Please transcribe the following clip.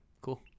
Cool